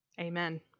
Amen